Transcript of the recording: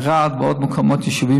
ערד ועוד מקומות יישוב,